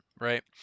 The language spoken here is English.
right